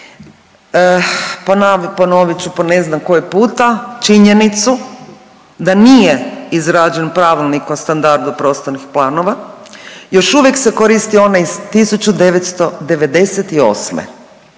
Ponovit ću po ne znam koji puta činjenicu da nije izrađen pravilnik o standardu prostornih planova, još uvijek se koristi onaj iz 1998.